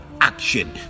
action